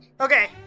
Okay